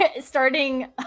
starting